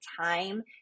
time